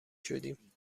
شدیم